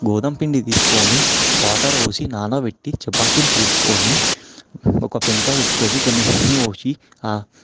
గోధుమ పిండి తీసుకొని వాటర్ పోసి నానబెట్టి చపాతీలు చేసుకొని ఒక పెంక పెట్టుకొని కొన్ని నూనె పోసి